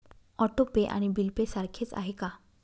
Auto pay आणि bill pay सारखेच आहे का?